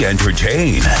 Entertain